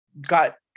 got